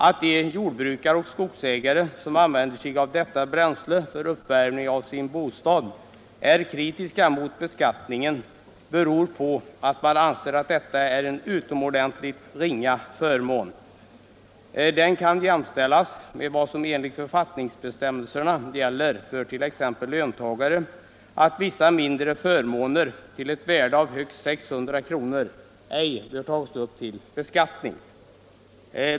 Att de jordbrukare och skogsägare som använder sig av detta bränsle för uppvärmning av sin bostad är kritiska mot beskattningen beror på att de anser att detta är en utomordentligt ringa förmån. Den kan jämställas med vad som enligt författningsbestämmelserna gäller för t.ex. löntagare, nämligen att vissa mindre förmåner till ett värde av högst 600 kr. ej behöver tagas upp till beskattning.